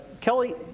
Kelly